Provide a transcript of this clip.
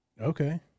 okay